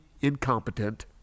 incompetent